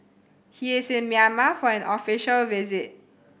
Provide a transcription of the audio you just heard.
he is in Myanmar for an official visit